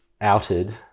outed